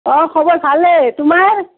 অঁ খবৰ ভালেই তোমাৰ